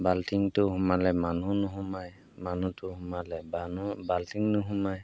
বাল্টিংটো সোমালে মানুহ নোসোমায় মানুহটো সোমালে বানো বাল্টিং নোসোমায়